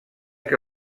que